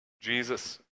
Jesus